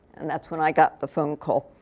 and that's when i got the phone call.